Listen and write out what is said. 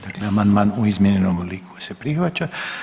Dakle amandman u izmijenjenom obliku se prihvaća.